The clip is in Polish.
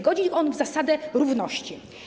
Godzi on w zasadę równości.